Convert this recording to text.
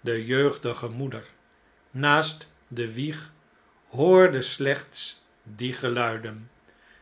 de jeugdige moeder naast de wieg hoorde slechts die geluiden